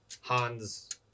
Hans